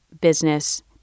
business